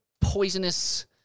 poisonous